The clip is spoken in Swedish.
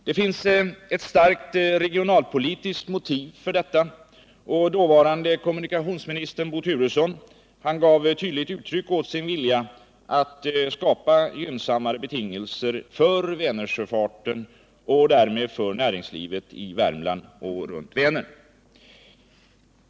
Det finns ett starkt regionalpolitiskt motiv för detta, och dåvarande kommunikationsministern Bo Turesson gav tydligt uttryck åt sin vilja att skapa gynnsammare betingelser för Vänersjöfarten och därmed för näringslivet i Värmland och runt Vänern.